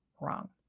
wrong